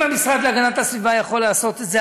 אם המשרד להגנת הסביבה יכול לעשות את זה,